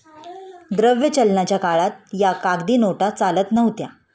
द्रव्य चलनाच्या काळात या कागदी नोटा चालत नव्हत्या